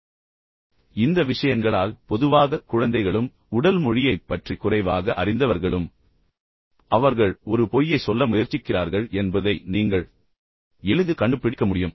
இப்போது இந்த விஷயங்களால் பொதுவாக குழந்தைகளும் பின்னர் உடல் மொழியைப் பற்றி குறைவாக அறிந்தவர்களும் அவர்கள் ஒரு பொய்யைச் சொல்ல முயற்சிக்கிறார்கள் என்பதை நீங்கள் எளிதில் பிடிக்க முடியும்